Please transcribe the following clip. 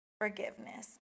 forgiveness